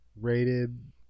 rated